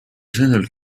sõnul